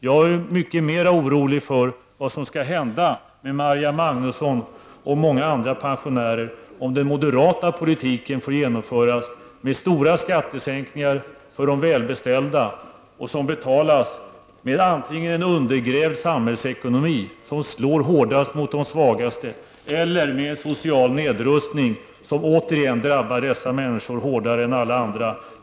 Jag är mycket mera orolig för vad som skall hända med Marja Magnusson och många andra pensionärer om den moderata politiken får genomföras, med stora skattesänkningar för de välbeställda, skattesänkningar som betalas antingen med en undergrävd samhällsekonomi, som slår hårdast mot de svagaste, eller med en social nedrustning, som återigen drabbar dessa människor hårdare än alla andra.